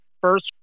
first